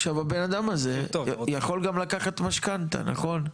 עכשיו הבן אדם הזה יכול גם לקחת משכנתא, נכון?